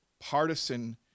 partisan